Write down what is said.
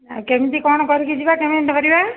ଆଁ କେମିତି କ'ଣ କରିକି ଯିବା କେମିତି ଧରିବା